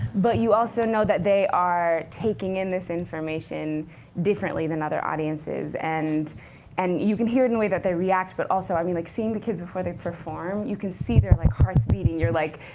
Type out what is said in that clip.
but you also know that they are taking in this information differently than other audiences. and and you can hear it in the way that they react, but also, i mean like seeing the kids before they perform, you can see their like hearts beating. you're like,